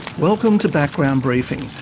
welcome to background briefing.